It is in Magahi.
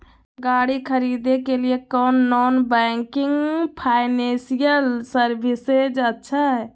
गाड़ी खरीदे के लिए कौन नॉन बैंकिंग फाइनेंशियल सर्विसेज अच्छा है?